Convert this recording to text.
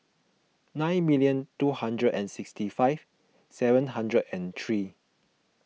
nine million two hundred and sixty five seven hundred and three